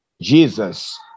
Jesus